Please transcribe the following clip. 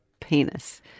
Penis